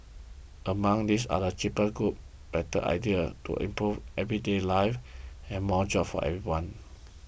among these are cheaper goods better ideas to improve everyday lives and more jobs for everyone